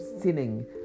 sinning